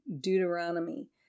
Deuteronomy